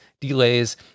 delays